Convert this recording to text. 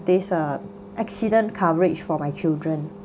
this uh accident coverage for my children